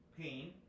pain